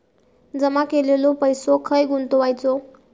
जमा केलेलो पैसो खय गुंतवायचो?